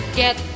get